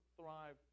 Thrive